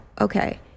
okay